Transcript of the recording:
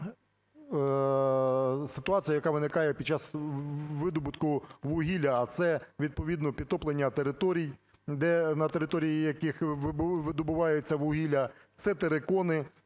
ситуацію, яка виникає під час видобутку вугілля. А це відповідно підтоплення територій, на території яких видобувається вугілля. Це терикони,